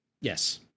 Yes